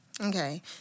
Okay